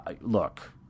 Look